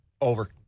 Over